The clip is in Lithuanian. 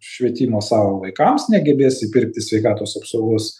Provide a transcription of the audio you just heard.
švietimo savo vaikams negebės įpirkti sveikatos apsaugos